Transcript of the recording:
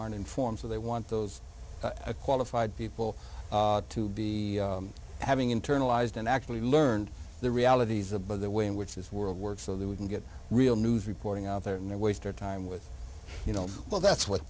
aren't informed so they want those qualified people to be having internalized and actually learned the realities of by the way in which this world works so that we can get real news reporting out there and they waste their time with you know well that's what